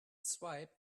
swipe